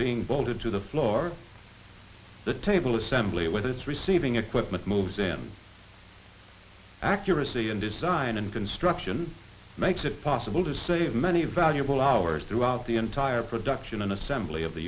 being bolted to the floor the table assembly with its receiving equipment moves in accuracy and design and construction makes it possible to save many valuable hours throughout the entire production assembly of the